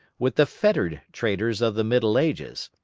with the fettered traders of the middle ages,